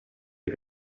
est